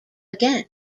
again